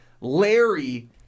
Larry